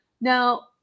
Now